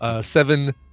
Seven